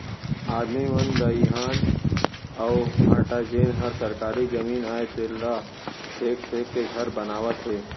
आदमी मन दइहान अउ भाठा जेन हर सरकारी जमीन अय तेला छेंक छेंक के घर बनावत हें